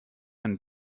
and